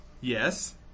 Yes